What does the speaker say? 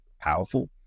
powerful